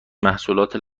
محصولات